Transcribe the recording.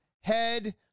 head